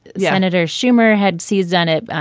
senator schumer had seized on it.